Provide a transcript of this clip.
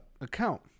account